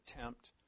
attempt